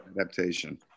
adaptation